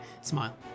smile